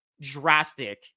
drastic